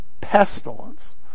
pestilence